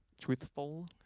Truthful